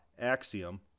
axiom